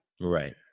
Right